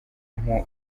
mpu